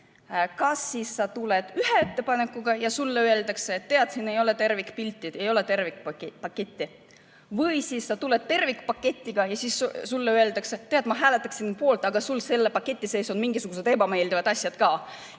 Kui sa tuled ühe ettepanekuga, siis sulle öeldakse, et tead, siin ei ole tervikpilti, ei ole tervikpaketti. Kui sa tuled tervikpaketiga, siis sulle öeldakse, et tead, ma hääletaksin poolt, aga sul selle paketi sees on mingisugused ebameeldivad asjad ka.